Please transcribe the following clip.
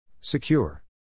Secure